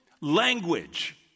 language